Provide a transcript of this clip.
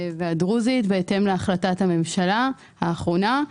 והדרוזית בהתאם להחלטת הממשלה האחרונה.